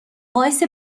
باعث